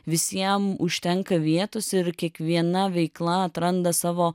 visiem užtenka vietos ir kiekviena veikla atranda savo